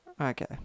okay